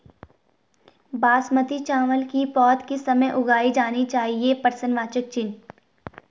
बासमती चावल की पौध किस समय उगाई जानी चाहिये?